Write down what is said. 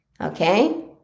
Okay